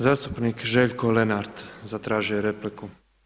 Zastupnik Željko Lenart zatražio je repliku.